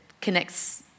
connects